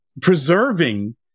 preserving